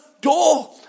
door